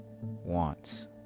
wants